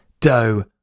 Doe